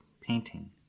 painting